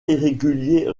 irrégulier